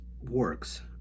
works